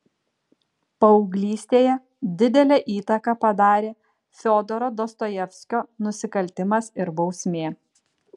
paauglystėje didelę įtaką padarė fiodoro dostojevskio nusikaltimas ir bausmė